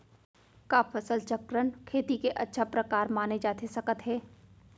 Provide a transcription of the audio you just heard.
का फसल चक्रण, खेती के अच्छा प्रकार माने जाथे सकत हे?